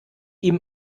ihm